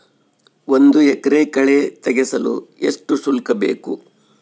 ಒಂದು ಎಕರೆ ಕಳೆ ತೆಗೆಸಲು ಎಷ್ಟು ಶುಲ್ಕ ಬೇಕು?